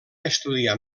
estudiar